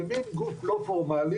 זה מן גוף לא פורמלי